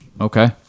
Okay